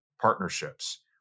partnerships